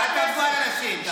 אל תעבדו על אנשים.